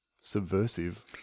subversive